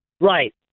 Right